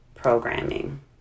programming